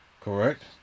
Correct